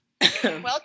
Welcome